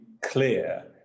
clear